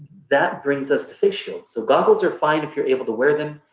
that brings us to face shields. so goggles are fine if you're able to wear them.